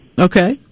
Okay